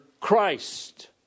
Christ